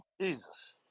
jesus